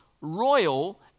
royal